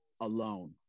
alone